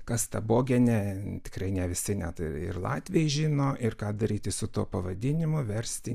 kas ta bogenė tikrai ne visi net ir ir latviai žino ir ką daryti su tuo pavadinimu versti